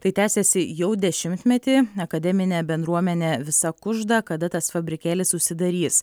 tai tęsiasi jau dešimtmetį akademinė bendruomenė visa kužda kada tas fabrikėlis užsidarys